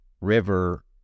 river